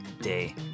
day